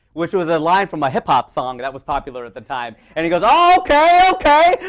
which was a line from a hip hop song that was popular at the time. and he goes, oh, ok, ok.